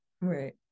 Right